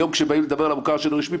היום כשמדברים על המוכר שאינו רשמי,